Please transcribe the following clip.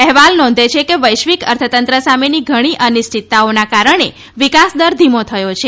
અહેવાલ નોંધે છે કે વૈશ્વિક અર્થતંત્ર સામેની ઘણી અનિશ્ચિતતાઓના કારણે વિકાસદર ધીમો થયો છે